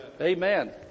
Amen